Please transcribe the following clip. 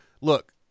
look